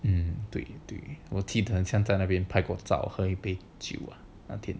hmm 对对我记得在那边拍过照喝一杯酒啊那天